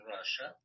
Russia